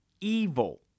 evil